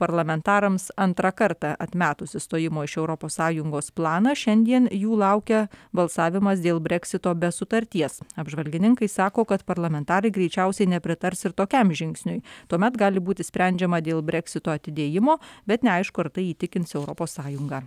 parlamentarams antrą kartą atmetus išstojimo iš europos sąjungos planą šiandien jų laukia balsavimas dėl breksito be sutarties apžvalgininkai sako kad parlamentarai greičiausiai nepritars ir tokiam žingsniui tuomet gali būti sprendžiama dėl breksito atidėjimo bet neaišku ar tai įtikins europos sąjungą